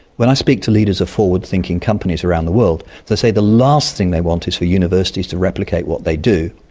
when i speak to leaders of forward-thinking companies around the world they say the last thing they want is for universities to replicate what they do.